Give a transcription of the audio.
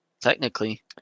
Technically